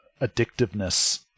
addictiveness